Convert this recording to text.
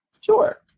Sure